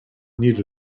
need